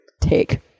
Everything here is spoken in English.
take